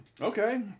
Okay